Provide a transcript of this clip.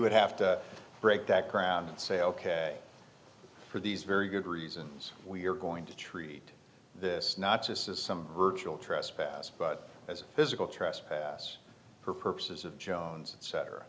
would have to break that ground and say ok for these very good reasons we're going to treat this not just as some virtual trespass but as physical trespass for purposes of jones and cetera